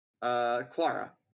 Clara